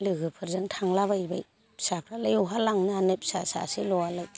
लोगोफोरजों थांलाबायबाय फिसाफ्रालाय बहा लांनो हानो फिसा सासेल'आलाय